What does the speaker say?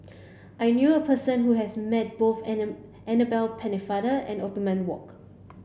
I knew a person who has met both Anna Annabel Pennefather and Othman Wok